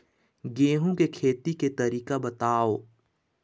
गेहूं के खेती के तरीका बताव?